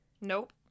Nope